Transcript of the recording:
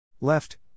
Left